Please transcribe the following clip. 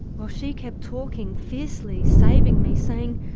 while she kept talking fiercely saving me saying,